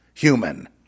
Human